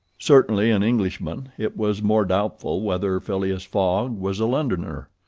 certainly an englishman, it was more doubtful whether phileas fogg was a londoner.